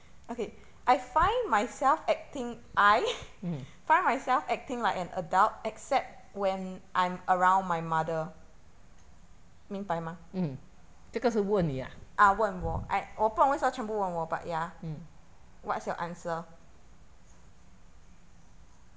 mm mm 这个是问你啊 mm